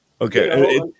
Okay